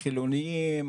חילונים,